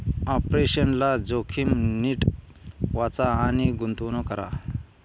operational जोखीम नीट वाचा आणि गुंतवणूक करा